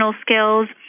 skills